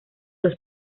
los